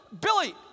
Billy